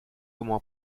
comment